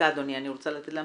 אני רוצה להגיד לך